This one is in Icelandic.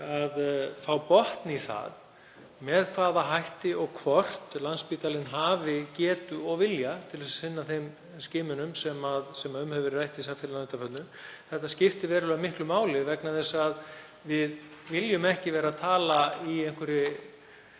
að fá botn í það með hvaða hætti og hvort Landspítalinn hafi getu og vilja til að sinna þeim skimunum sem um hefur verið rætt í samfélaginu að undanförnu. Það skiptir verulega miklu máli vegna þess að við viljum ekki vera að tala í einhverju